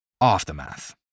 Aftermath